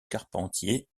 carpentier